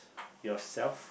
yourself